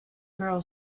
girl